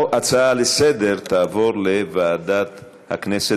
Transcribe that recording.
ההצעה לסדר-היום תעבור לוועדת הכנסת.